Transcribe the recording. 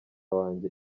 wanjye